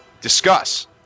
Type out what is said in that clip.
Discuss